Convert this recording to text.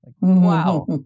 Wow